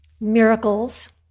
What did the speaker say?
Miracles